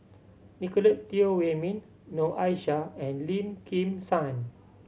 Nicolette Teo Wei Min Noor Aishah and Lim Kim San